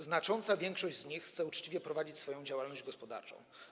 Znacząca większość z nich chce uczciwie prowadzić swoją działalność gospodarczą.